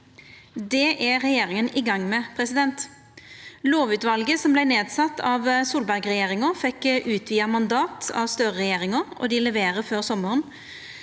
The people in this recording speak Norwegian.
Det er regjeringa i gang med. Lovutvalet som vart nedsett av Solberg-regjeringa, fekk utvida mandat av Støre-regjeringa, og dei leverer før sommaren.